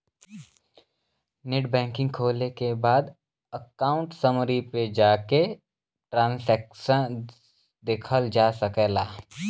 net banking खोले के बाद अकाउंट समरी पे जाके ट्रांसैक्शन देखल जा सकला